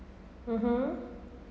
(uh huh)